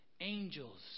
angels